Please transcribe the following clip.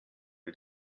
wie